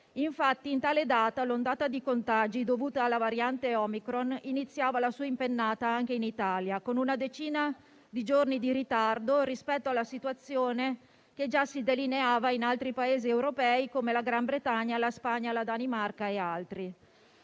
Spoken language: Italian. Infatti, in tale data l'ondata di contagi dovuta alla variante omicron iniziava la sua impennata anche in Italia, con una decina di giorni di ritardo rispetto alla situazione che già si delineava in altri Paesi europei come la Gran Bretagna, la Spagna, la Danimarca e altri.